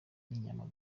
n’inyama